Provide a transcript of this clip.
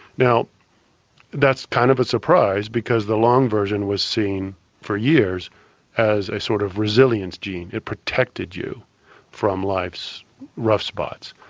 now that's kind of a surprise because the long version was seen for years as a sort of resilience gene, it protected you from life's rough spots.